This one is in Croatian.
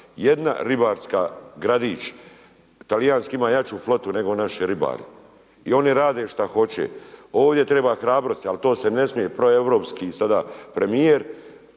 jedna ribarska, gradić talijanski ima jaču flotu nego našu ribari. I oni rade šta hoće. Ovdje treba hrabrosti, ali to se ne smije, pro europski sada premijer,